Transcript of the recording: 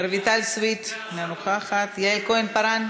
רויטל סויד, אינה נוכחת, יעל כהן-פארן,